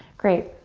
great.